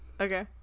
Okay